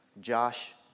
Josh